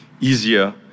easier